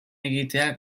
egitea